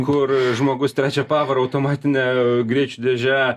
kur žmogus trečia pavara automatine greičių dėže